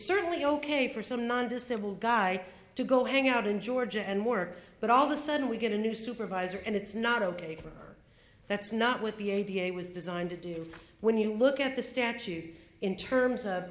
certainly ok for some non disabled guy to go hang out in georgia and work but all the sudden we get a new supervisor and it's not ok for her that's not what the a b a was designed to do when you look at the statute in terms of